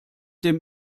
dem